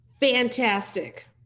Fantastic